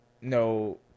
no